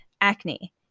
acne